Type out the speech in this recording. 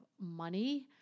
money